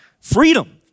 freedom